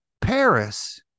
Paris